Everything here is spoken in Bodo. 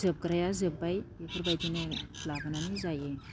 जोबग्राया जोबबाय बेफोरबायदिनो लाबोनानै जायो